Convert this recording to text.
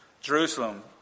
Jerusalem